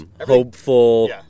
hopeful